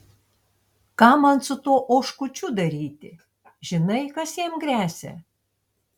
ką man su tuo oškučiu daryti žinai kas jam gresia